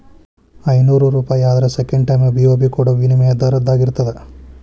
ಐನೂರೂಪಾಯಿ ಆದ್ರ second time BOB ಕೊಡೋ ವಿನಿಮಯ ದರದಾಗಿರ್ತದ